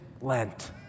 Lent